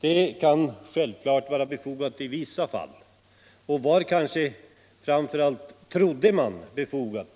Det kan självklart vara befogat i vissa fall. Framför allt trodde man att det var befogat